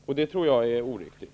Jag tror inte att det är riktigt.